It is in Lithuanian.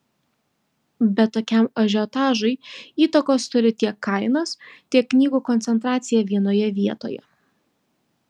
bet tokiam ažiotažui įtakos turi tiek kainos tiek knygų koncentracija vienoje vietoje